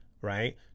right